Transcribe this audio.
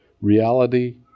Reality